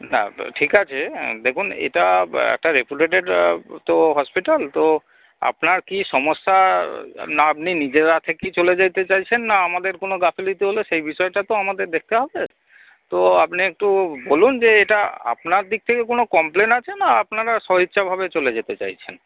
হ্যাঁ ঠিক আছে দেখুন এটা একটা রেপুটেড তো হসপিটাল তো আপনার কী সমস্যা না আপনি নিজে থেকেই চলে যেতে চাইছেন না আমাদের কোনো গাফিলতি হলে সেই বিষয়টা তো আমাদের দেখতে হবে তো আপনি একটু বলুন যে এটা আপনার দিক থেকে কোন কমপ্লেন আছে না আপনারা সদিচ্ছা ভাবে চলে যেতে চাইছেন